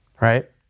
Right